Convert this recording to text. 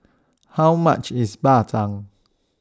How much IS Bak Chang